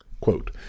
Quote